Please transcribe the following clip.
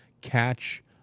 catch